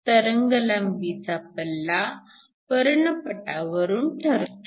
तरंगलांबीचा पल्ला वर्णपटावरून ठरतो